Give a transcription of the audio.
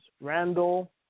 Randall